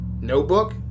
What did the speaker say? notebook